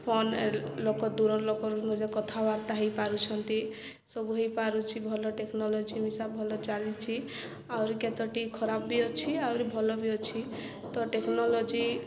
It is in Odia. ଫୋନ୍ ଲୋକ ଦୂରର ଲୋକ କଥାବାର୍ତ୍ତା ହୋଇପାରୁଛନ୍ତି ସବୁ ହୋଇପାରୁଛି ଭଲ ଟେକ୍ନୋଲୋଜି ମିଶା ଭଲ ଚାଲିଛି ଆହୁରି କେତେୋଟି ଖରାପ ବି ଅଛି ଆହୁରି ଭଲ ବି ଅଛି ତ ଟେକ୍ନୋଲୋଜି